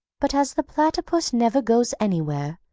but as the platypus never goes anywhere,